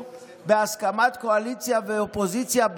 בהסכמת הקואליציה והאופוזיציה,